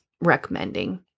recommending